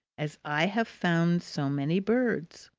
as i have found so many birds!